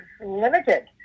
limited